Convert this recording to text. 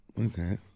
Okay